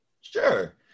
Sure